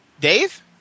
Dave